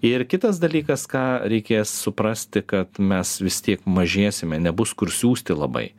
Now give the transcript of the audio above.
ir kitas dalykas ką reikės suprasti kad mes vis tiek mažėsime nebus kur siųsti labai